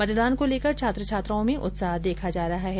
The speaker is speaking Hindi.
मतदान को लेकर छात्र छात्राओं में उत्साह देखा जा रहा है